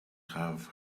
have